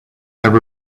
have